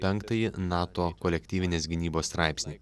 penktąjį nato kolektyvinės gynybos straipsnį